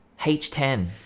H10